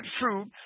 fruit